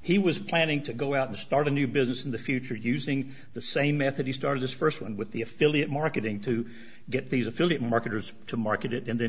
he was planning to go out and start a new business in the future using the same method he started this st one with the affiliate marketing to get these affiliate marketers to market it and